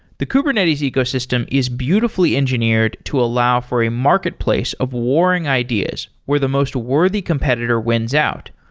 the kubernetes ecosystem is beautifully engineered to allow for a marketplace of warring ideas, where the most worthy competitor wins out.